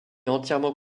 entièrement